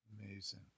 Amazing